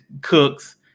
cooks